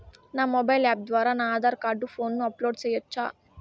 నా mobile app ద్వారా నా ఆధార్ కార్డు ఫోటోను అప్లోడ్ సేయొచ్చా?